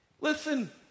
Listen